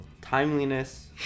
Timeliness